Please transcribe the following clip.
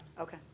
Okay